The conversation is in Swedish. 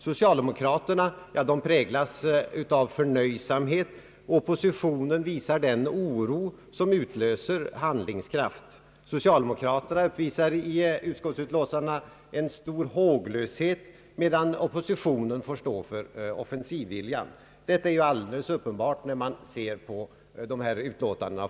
Socialdemokraterna präglas av förnöjsamhet; oppositionen visar den oro som utlöser handlingskraft. So .cialdemokraterna uppvisar i utskottsutlåtandena en stor håglöshet, medan oppositionen får stå för offensivviljan. Detta framgår alldeles uppenbart när man ser på dessa utlåtanden.